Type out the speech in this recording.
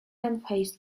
unfazed